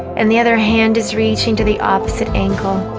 and the other hand is reaching to the opposite ankle